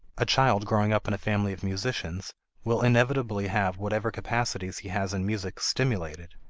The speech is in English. a child growing up in a family of musicians will inevitably have whatever capacities he has in music stimulated,